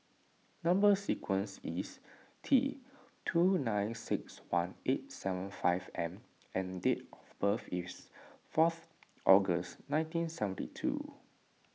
Number Sequence is T two nine six one eight seven five M and date of birth is fourth August nineteen seventy two